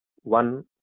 one